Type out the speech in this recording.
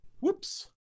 Whoops